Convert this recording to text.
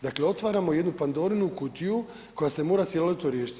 Dakle, otvaramo jednu Pandorinu kutiju koja se mora silovito riješiti.